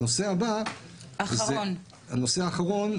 הנושא האחרון,